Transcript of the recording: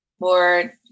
more